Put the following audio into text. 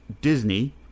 Disney